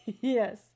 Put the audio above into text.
Yes